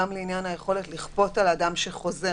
גם לעניין היכולת לכפות על אדם שחוזר